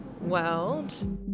world